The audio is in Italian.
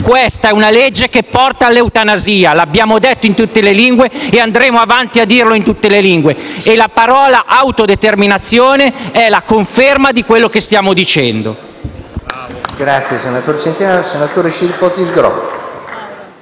Questa è una legge che porta all'eutanasia, lo abbiamo detto in tutte le lingue e andremo avanti a dirlo in tutte le lingue, e la parola autodeterminazione è la conferma di quello che stiamo dicendo.